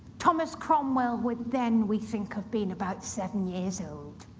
thomas cromwell would then, we think, have been about seven years old.